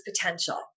potential